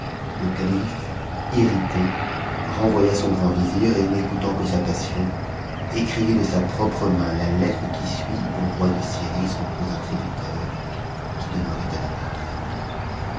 le calife irrité renvoya son grand vizir et n'écoutant que sa passion écrivit de sa propre main la lettre qui suit au roi de syrie kttlcqusin et son tributaire qui demeurait à damas